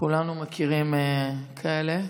כולנו מכירים כאלה.